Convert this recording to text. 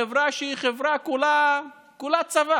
אבל החברה החרדית חייבת לשנות את תפיסת עולמה